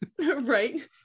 Right